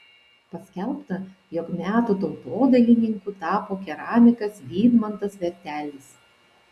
paskelbta jog metų tautodailininku tapo keramikas vydmantas vertelis